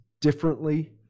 differently